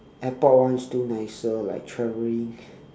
airport one still nicer like traveling